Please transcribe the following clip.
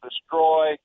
destroy